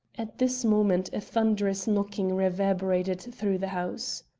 at this moment a thunderous knocking reverberated through the house.